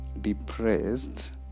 depressed